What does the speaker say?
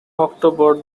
october